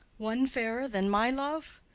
one fairer than my love?